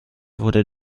wurde